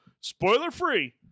spoiler-free